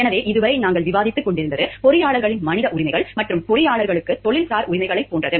எனவே இதுவரை நாங்கள் விவாதித்துக் கொண்டிருந்தது பொறியாளர்களின் மனித உரிமைகள் மற்றும் பொறியாளர்களுக்கு தொழில்சார்ந்த உரிமைகளைப் போன்றது